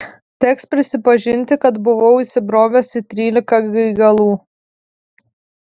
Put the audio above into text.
teks prisipažinti kad buvau įsibrovęs į trylika gaigalų